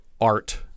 art